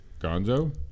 gonzo